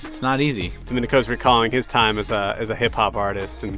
it's not easy domenico's recalling his time as ah as a hip-hop artist